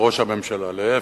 להיפך,